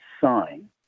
sign